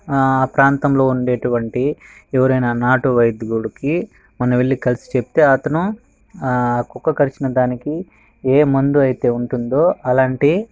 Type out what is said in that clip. ఆ ప్రాంతంలో ఉండేటువంటి ఎవరైనా నాటువైద్యుడికి మనం వెళ్ళి కలిసి చెప్తే అతను ఆ కుక్క కరిచినదానికి ఏ మందు అయితే ఉంటుందో అలాంటి